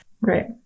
Right